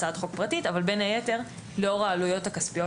אבל בין היתר לאור העלויות הכספיות שאנחנו כאוצר עומדים,